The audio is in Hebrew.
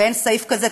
ואין סעיף כזה,